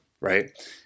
right